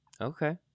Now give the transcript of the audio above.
Okay